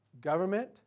government